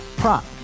prop